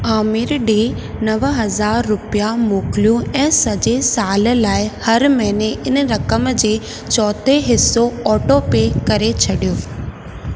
आमिर ॾिए नव हज़ार रुपिया मोकिलियो ऐं सजे साल लाइ हर महीने इन रक़म जे चोथे हिसो ऑटोपे करे छॾियो